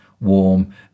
warm